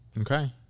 Okay